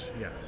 Yes